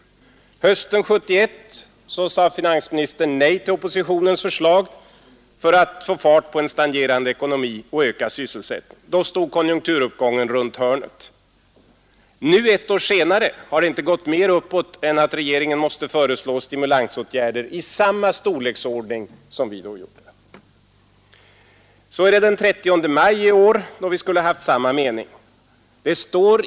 Hösten 1971 sade finansministern nej till oppositionens förslag om att få fart på en stagnerande ekonomi och öka sysselsättningen. Då stod konjunkturuppgången runt hörnet, sade man. Nu, ett år senare, har det inte gått mer uppåt än att regeringen måste föreslå stimulansåtgärder av samma storleksordning som vi då gjorde. Den 30 maj i år skulle vi ha haft samma mening som regeringen.